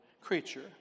creature